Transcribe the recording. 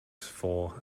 for